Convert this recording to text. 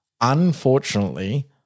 Unfortunately